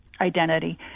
identity